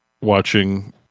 watching